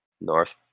North